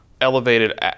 elevated